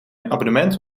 abonnement